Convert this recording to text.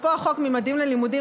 אפרופו חוק ממדים ללימודים,